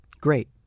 Great